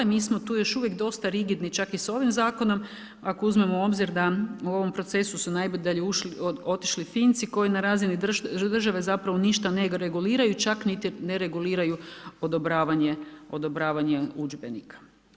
Mi smo tu još uvijek dosta rigidni, čak i s ovim zakonom ako uzmemo u obzir da u ovom procesu su najdalje otišli Finci koji na razini države zapravo ništa ne reguliraju, čak niti ne reguliraju odobravanje udžbenika.